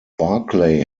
barkley